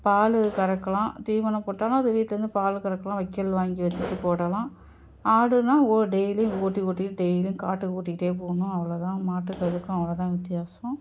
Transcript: பால் கறக்கலாம் தீவனம் போட்டாலும் அது வீட்லேருந்து பால் கறக்கலாம் வைக்கல் வாங்கி வெச்சுட்டு போடலாம் ஆடுன்னால் ஓ டெய்லியும் ஓட்டி ஓட்டிகிட்டு டெய்லியும் காட்டுக்கு ஓட்டிக்கிட்டே போக்ணும் அவ்வளோ தான் மாட்டுக்கு அதுக்கும் அவ்வளோ தான் வித்தியாசம்